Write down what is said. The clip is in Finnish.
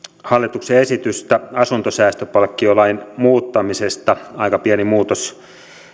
hallituksen esitystä asuntosäästöpalkkiolain muuttamisesta aika pieni muutos